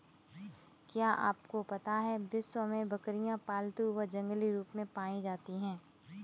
क्या आपको पता है विश्व में बकरियाँ पालतू व जंगली रूप में पाई जाती हैं?